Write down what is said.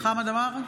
חמד עמאר,